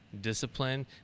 discipline